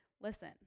listen